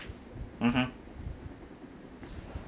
mmhmm